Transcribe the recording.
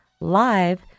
live